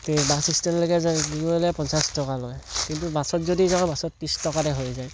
bus ষ্টেণ্ডলৈকে গ'লে পঞ্চাছ টকা লয় কিন্তু বাছত যদি যাওঁ বাছত ত্ৰিছ টকাতে হৈ যায়